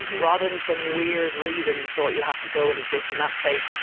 rather than some weird reason you thought you had to go and exist in that space.